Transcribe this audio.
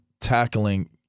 tackling